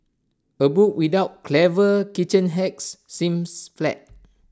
A book without clever kitchen hacks seems flat